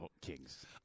kings